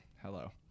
Hello